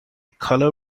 colour